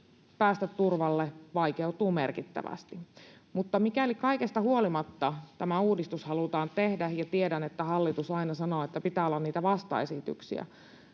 päästä turvalle vaikeutuu merkittävästi. Mutta mikäli kaikesta huolimatta tämä uudistus halutaan tehdä — ja tiedän, että hallitus aina sanoo, että pitää olla niitä vastaesityksiä